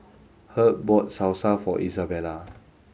Herb bought Salsa for Izabella